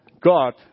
god